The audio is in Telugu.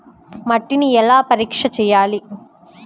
మట్టిని ఎలా పరీక్ష చేయాలి?